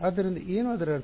ಆದ್ದರಿಂದ ಏನು ಅದರ ಅರ್ಥ